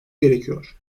gerekiyor